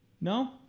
No